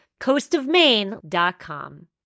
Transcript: Coastofmaine.com